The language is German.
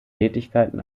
tätigkeiten